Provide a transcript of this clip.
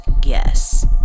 guess